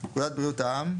"פקודת בריאות העם"